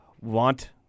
want